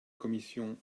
commission